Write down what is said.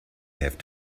have